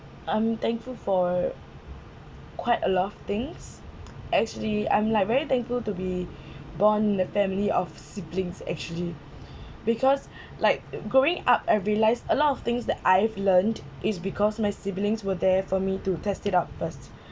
I'm thankful for quite a lot of things actually I'm like very thankful to be born in the family of siblings actually because like growing up I realised a lot of things that I have learnt is because my siblings were there for me to test it out first